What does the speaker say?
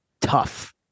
tough